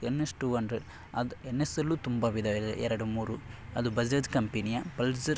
N S two hundred ಅದು N S ಅಲ್ಲೂ ತುಂಬ ವಿಧ ಇದೆ ಎರಡು ಮೂರು ಅದು ಬಜಾಜ್ ಕಂಪೆನಿಯ ಪಲ್ಸರ್